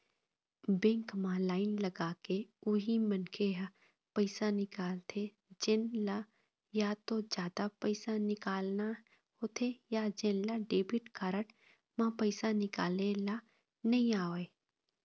bank म line लगाके उही मनखे ह पइसा निकालथे जेन ल या तो जादा पइसा निकालना होथे या जेन ल डेबिट कारड म पइसा निकाले ल नइ आवय